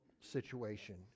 situation